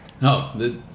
No